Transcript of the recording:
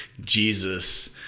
Jesus